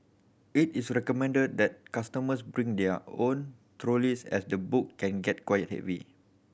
it is recommended that customers bring their own trolleys as the book can get quite heavy